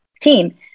team